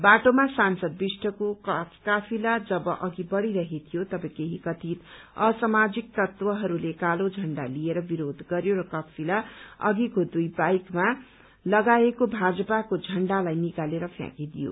बाटोमा सांसद विष्टको काफिला जब अघि बढ़िरहेथ्यो तब केही कथित असामाजिक तत्वहरूले कालो झण्डा लिएर विरोध गरयो र काफिला अधिको दुइ बाइकमा लगाएको भाजपाको झण्डालाई निकालेर फ्याँकी दियो